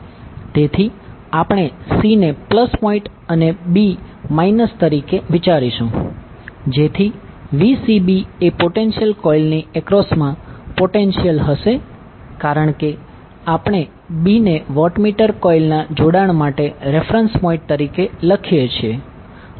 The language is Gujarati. તેથી આપણે c ને પ્લસ પોઇન્ટ અને b માઇનસ તરીકે વિચારીશું જેથી Vcb એ પોટેન્શિયલ કોઇલની એક્રોસમા પોટેન્શિયલ હશે કારણ કે આપણે b ને વોટમીટર કોઇલના જોડાણ માટે રેફરેંસ પોઈન્ટ તરીકે લઇએ છીએ